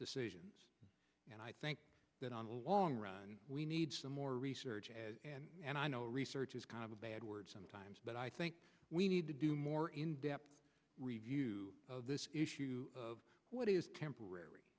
decisions and i think that on the long run we need some more research and i know research is kind of a bad word sometimes but i think we need to do more in depth review of this issue of what is temporary